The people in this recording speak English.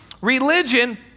religion